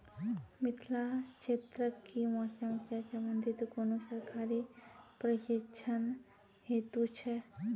मिथिला क्षेत्रक कि मौसम से संबंधित कुनू सरकारी प्रशिक्षण हेतु छै?